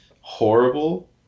horrible